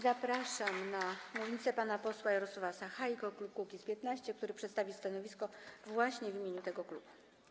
Zapraszam na mównicę pana posła Jarosława Sachajkę z klubu Kukiz’15, który przedstawi stanowisko właśnie w imieniu tego klubu.